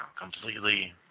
Completely